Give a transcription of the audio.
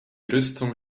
rüstung